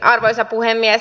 arvoisa puhemies